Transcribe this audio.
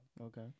Okay